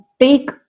take